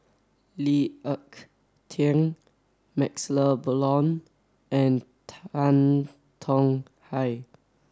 Lee Ek Tieng MaxLe Blond and Tan Tong Hye